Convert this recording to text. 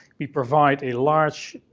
we provide a large,